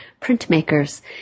printmakers